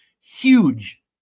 huge